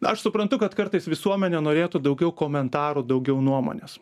aš suprantu kad kartais visuomenė norėtų daugiau komentarų daugiau nuomonės